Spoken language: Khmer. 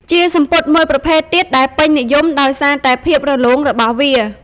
ជាសំពត់មួយប្រភេទទៀតដែលពេញនិយមដោយសារតែភាពរលោងរបស់វា។